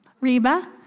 Reba